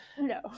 No